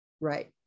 Right